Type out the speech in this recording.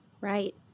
Right